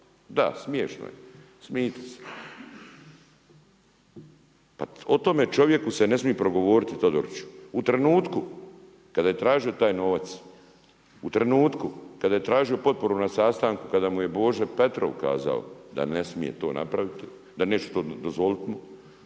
Da, smiješno je, smijte se. Pa o tome čovjeku se ne smije progovoriti, Todoriću. U trenutku kada je tražio taj novac, u trenutku kada je tražio potporu na sastanku kada mu je Božo Petrov kazao da ne smije to napraviti, da neće to dozvoliti mu,